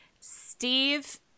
Steve